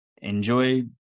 enjoy